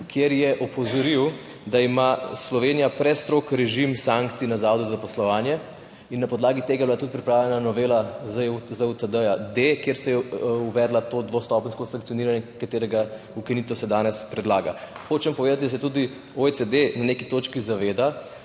kjer je opozoril, da ima Slovenija prestrog režim sankcij na zavodu za zaposlovanje, in na podlagi tega je bila tudi pripravljena novela ZUTD-D, kjer se je uvedlo to dvostopenjsko sankcioniranje, katerega ukinitev se danes predlaga. Hočem povedati, da se tudi OECD na neki točki zaveda,